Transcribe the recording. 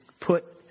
put